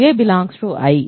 a I ఎందుకంటే a